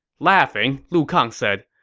laughing, lu kang said,